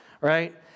right